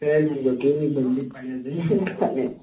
sir ನಿಮ್ಮದು clinic ಬಂಡಿಪಾಳ್ಯದಲ್ಲಿ ತಾನೇ